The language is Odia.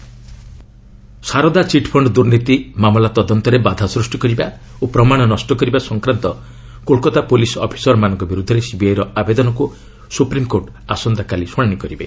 ଏସ୍ସି ସିବିଆଇ ସାରଦା ଚିଟ୍ଫଶ୍ଡ ଦୁର୍ନୀତି ମାମଲ ତଦନ୍ତରେ ବାଧା ସୃଷ୍ଟି କରିବା ଓ ପ୍ରମାଣ ନଷ୍ଟ କରିବା ସଂକ୍ରାନ୍ତ କୋଲକାତା ପୁଲିସ୍ ଅଫିସରଙ୍କ ବିରୁଦ୍ଧରେ ସିବିଆଇ ର ଆବେଦନକୁ ସୁପ୍ରିମ୍କୋର୍ଟ ଆସନ୍ତାକାଲି ଶୁଣାଣି କରିବେ